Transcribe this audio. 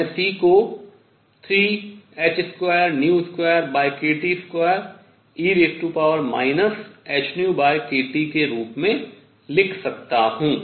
और इसलिए मैं C को 3h22kT2e hνkT के रूप में लिख सकता हूँ